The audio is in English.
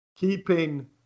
Keeping